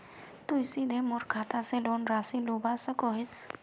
तुई सीधे मोर खाता से लोन राशि लुबा सकोहिस?